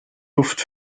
luft